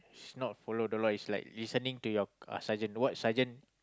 it's not follow the law it's like listening to your uh sergeant what sergeant